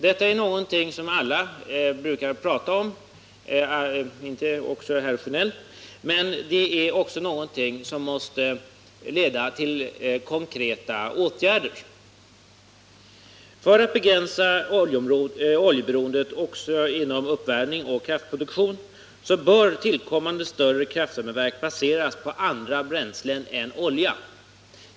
Det är något som alla brukar prata om, även herr Sjönell, men det är också någonting som måste leda till konkreta åtgärder. För att begränsa oljeberoendet också inom uppvärmning och kraftproduktion bör tillkommande större kraftvärmeverk baseras på andra bränslen än olja.